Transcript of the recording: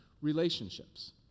relationships